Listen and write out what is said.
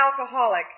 alcoholic